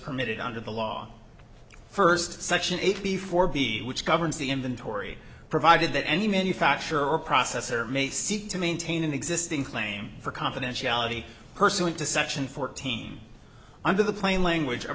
permitted under the law first section eighty four b which governs the inventory provided that any manufacturer or processor may seek to maintain an existing claim for confidentiality personally to section fourteen under the plain language a